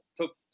took